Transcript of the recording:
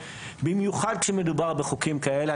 במיוחד כשמדובר בחוקים כאלה,